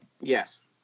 Yes